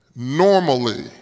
Normally